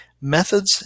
methods